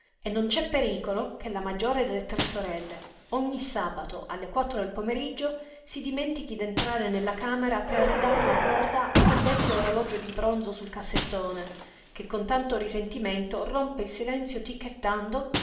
e non c'è pericolo che la maggiore delle tre sorelle ogni sabato alle quattro del pomeriggio si dimentichi d'entrare nella camera per ridar la corda a quel vecchio orologio di bronzo sul cassettone che con tanto risentimento rompe il silenzio